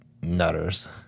nutters